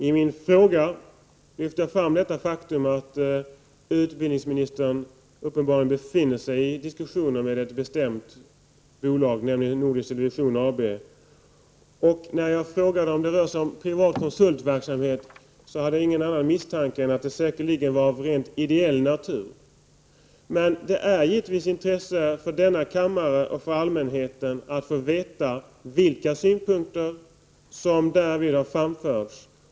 I min fråga lyfte jag fram det faktum att utbildningsministern uppenbarligen befinner sig i diskussioner med ett bestämt bolag, nämligen Nordisk Television AB. När jag frågade om det rör sig privat konsultverksamhet, hade jag ingen annan misstanke än att det säkerligen var av rent ideell natur. Men det är givetvis av intresse för denna kammare och för allmänheten att få veta vilka synpunkter som därvid har framförts.